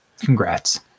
Congrats